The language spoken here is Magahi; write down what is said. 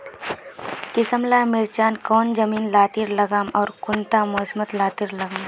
किसम ला मिर्चन कौन जमीन लात्तिर लगाम आर कुंटा मौसम लात्तिर लगाम?